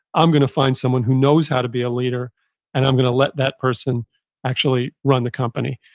i'm going to find someone who knows how to be a leader and i'm going to let that person actually run the company.